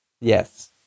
Yes